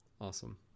Awesome